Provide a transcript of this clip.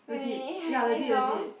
really I say no